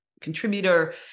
contributor